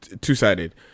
two-sided